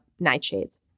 nightshades